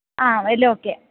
ആ എല്ലാം ഓക്കെ ആണ്